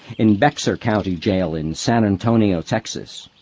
in bexar county jail in san antonio, texas.